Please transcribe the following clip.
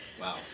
Wow